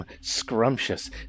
scrumptious